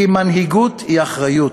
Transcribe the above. כי מנהיגות היא אחריות.